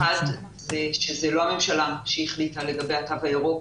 האחד, זאת לא הממשלה שהחליטה לגבי התו הירוק